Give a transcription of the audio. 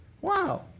Wow